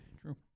True